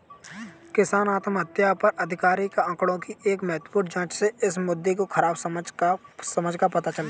किसान आत्महत्याओं पर आधिकारिक आंकड़ों की एक महत्वपूर्ण जांच से इस मुद्दे की खराब समझ का पता चलता है